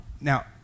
now